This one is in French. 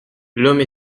lhomme